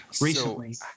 recently